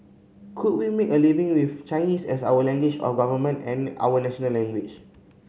could we make a living with Chinese as our language of government and our national language